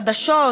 חדשות,